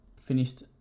finished